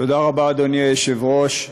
תודה רבה, אדוני היושב-ראש.